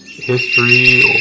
History